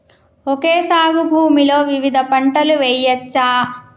Okay సాగు భూమిలో వివిధ పంటలు వెయ్యచ్చా?